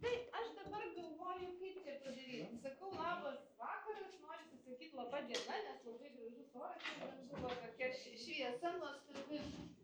taip aš dabar galvoju kaip čia padaryt sakau labas vakaras norisi sakyt laba diena nes labai gražus oras šiandien buvo tokia šie šviesa nuostabi